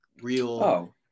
real